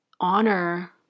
honor